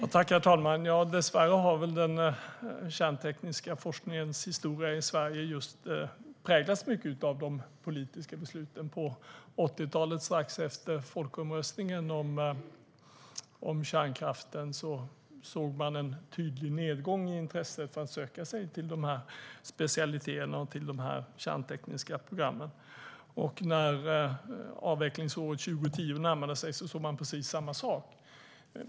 Herr talman! Dessvärre har den kärntekniska forskningens historia i Sverige präglats mycket av de politiska besluten på 80-talet. Strax efter folkomröstningen om kärnkraften såg vi en tydlig nedgång i intresset för att söka sig till dessa specialiteter och dessa kärntekniska program. När avvecklingsåret 2010 närmade sig såg vi precis samma sak.